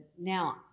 now